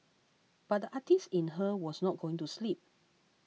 but the artist in her was not going to sleep